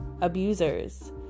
abusers